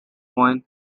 point